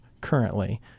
currently